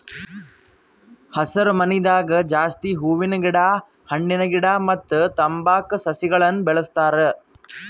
ಹಸರಮನಿದಾಗ ಜಾಸ್ತಿ ಹೂವಿನ ಗಿಡ ಹಣ್ಣಿನ ಗಿಡ ಮತ್ತ್ ತಂಬಾಕ್ ಸಸಿಗಳನ್ನ್ ಬೆಳಸ್ತಾರ್